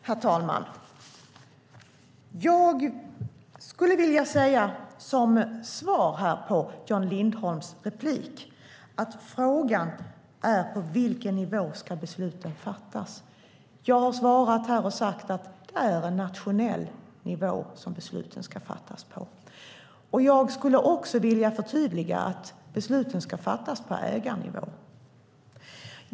Herr talman! Jag skulle som svar på Jan Lindholms replik vilja säga att frågan är på vilken nivå besluten ska fattas. Jag har svarat och sagt att det är på en nationell nivå som besluten ska fattas. Jag skulle också vilja förtydliga med att säga att besluten ska fattas på ägarnivå.